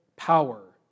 Power